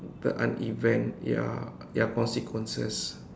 the unevent~ ya ya consequences